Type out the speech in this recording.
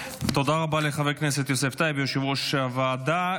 תודה רבה לחבר הכנסת יוסף טייב, יושב-ראש הוועדה.